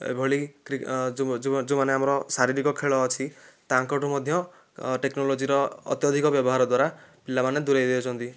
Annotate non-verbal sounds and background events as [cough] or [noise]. ଏଭଳି [unintelligible] ଯେଉଁମାନେ ଆମର ଶାରୀରିକ ଖେଳ ଅଛି ତାଙ୍କଠୁ ମଧ୍ୟ ଟେକ୍ନୋଲୋଜିର ଅତ୍ୟଧିକ ବ୍ୟବହାର ଦ୍ଵାରା ପିଲାମାନେ ଦୁରାଇ ଯାଉଛନ୍ତି